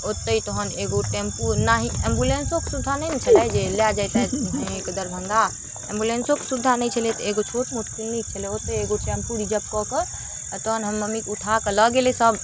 ओतऽ तहन एगो टेम्पू नहि एम्बुलेन्सोके सुविधा नहि ने छलै जे लऽ जेतथि हाँइ हाँइकऽ कऽ दरभङ्गा एम्बुलेन्सोके सुविधा नहि छलै तऽ एगो छोटमोट क्लिनिक छलै ओतऽ एगो टेम्पू रिजर्व कऽ कऽ आओर तहन हमर मम्मीके उठाकऽ लऽ गेलैसभ